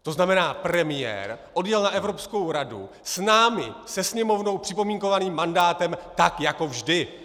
To znamená premiér odjel na Evropskou radu s námi, se Sněmovnou připomínkovaným mandátem jako vždy!